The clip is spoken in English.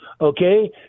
okay